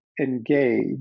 engage